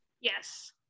yes